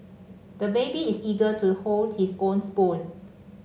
the baby is eager to hold his own spoon